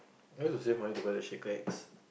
I used to save money to buy the shaker X